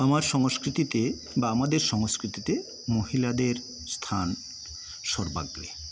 আমার সংস্কৃতিতে বা আমাদের সংস্কৃতিতে মহিলাদের স্থান সর্বাগ্রে